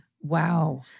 Wow